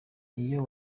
iyo